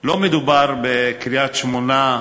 לא מדובר בקריית-שמונה,